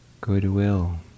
goodwill